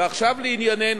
ועכשיו לענייננו.